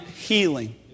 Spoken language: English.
healing